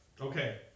Okay